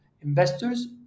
investors